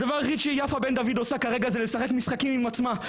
הדבר היחיד שיפה בן דוד עושה כרגע זה לשחק משחקים עם עצמה,